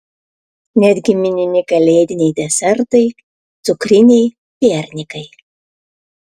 netgi minimi kalėdiniai desertai cukriniai piernikai